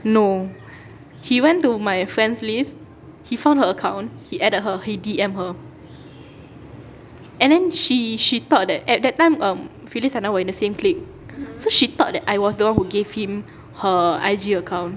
no he went to my friends list he found her account he added her he D_M her and then she she thought that at that time um phyllis and I were in the same clique so she thought that I was the one who gave him her I_G account